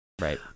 Right